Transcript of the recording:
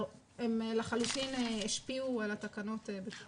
הן לחלוטין השפיעו על התקנות בהחלט.